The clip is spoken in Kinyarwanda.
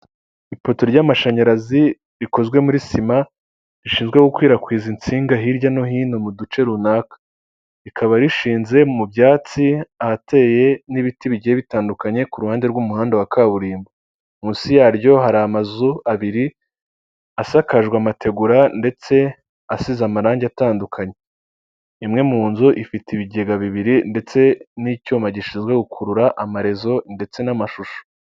Ipoto ry'amashanyarazi rikozwe muri sima, rishinzwe gukwirakwiza insinga hirya no hino mu duce runaka, rikaba rishinze mu byatsi ahateye n'ibiti bigiye bitandukanye ku ruhande rw'umuhanda wa kaburimbo, munsi yaryo hari amazu abiri asakajwe amategura ndetse asize amarangi atandukanye, imwe mu nzu ifite ibigega bibiri ndetse n'icyuma gishinzwe gukurura amarezo ndetse n'amashusho.